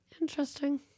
interesting